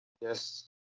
Yes